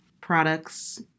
Products